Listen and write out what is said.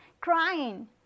crying